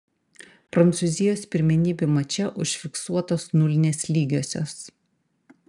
prancūzijos pirmenybių mače užfiksuotos nulinės lygiosios